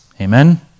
Amen